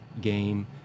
game